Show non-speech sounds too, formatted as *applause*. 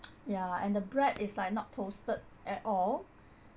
*noise* ya and the bread is like not toasted at all